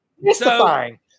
Mystifying